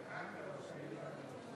שבאה לתקן תיקון קודם,